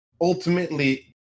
ultimately